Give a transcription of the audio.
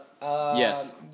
Yes